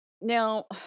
now